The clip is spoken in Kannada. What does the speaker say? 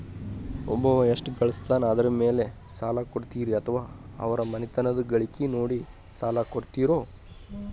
ಒಬ್ಬವ ಎಷ್ಟ ಗಳಿಸ್ತಾನ ಅದರ ಮೇಲೆ ಸಾಲ ಕೊಡ್ತೇರಿ ಅಥವಾ ಅವರ ಮನಿತನದ ಗಳಿಕಿ ನೋಡಿ ಸಾಲ ಕೊಡ್ತಿರೋ?